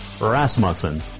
Rasmussen